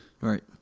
Right